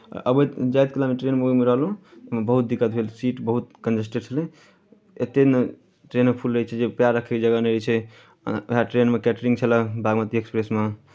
अबैत जाइत कलामे ट्रेनमे ओहिमे रहलहुँ ओहिमे बहुत दिक्कत भेल सीट बहुत कन्जेस्टेड छलै एतेक नहि ट्रेनमे फुल रहै छै जे पएर रखयके जगह नहि रहै छै उएह ट्रेनमे कैटरिंग छलए बागमती एक्सप्रेसमे